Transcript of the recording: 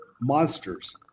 monsters